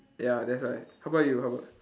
ya that's why how about you how about